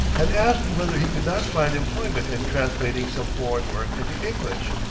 and asked whether he could not find employment in translating some foreign work into english.